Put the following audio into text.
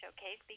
Showcase